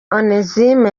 onesme